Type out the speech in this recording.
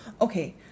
okay